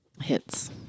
Hits